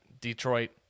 Detroit